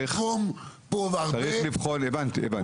הבנתי.